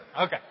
Okay